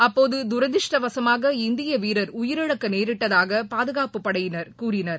அப்போது துரதிஸ்டவசமாக இந்திய வீரர் உயிரிழக்க நேரிட்டதாக பாதுகாப்பு படையினர் கூறினர்